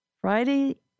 Friday